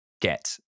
get